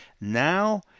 Now